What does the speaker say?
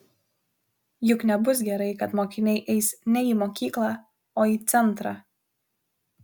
juk nebus gerai kad mokiniai eis ne į mokyklą o į centrą